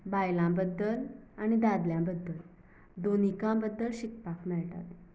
बायलां बद्दल आनी दादल्या बद्दल दोनीका बद्दल शिकपाक मेळटालें